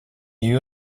you